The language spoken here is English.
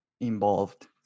involved